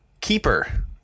Keeper